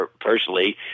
personally